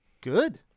Good